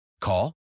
Call